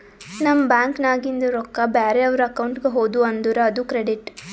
ನಮ್ ಬ್ಯಾಂಕ್ ನಾಗಿಂದ್ ರೊಕ್ಕಾ ಬ್ಯಾರೆ ಅವ್ರ ಅಕೌಂಟ್ಗ ಹೋದು ಅಂದುರ್ ಅದು ಕ್ರೆಡಿಟ್